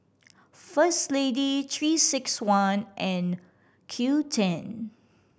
First Lady Three Six One and Qoo ten